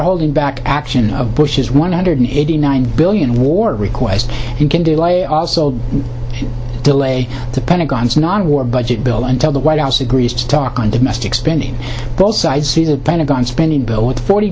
holding back action of bush's one hundred eighty nine billion war request you can delay also delay the pentagon's non war budget bill until the white house agrees to talk on domestic spending both sides see the pentagon spending bill with forty